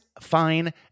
fine